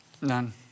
None